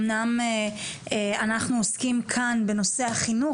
אמנם אנחנו עוסקים כאן בנושא החינוך